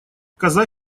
коза